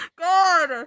God